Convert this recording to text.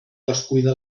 descuida